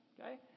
okay